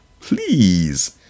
please